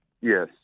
Yes